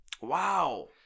Wow